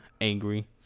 angry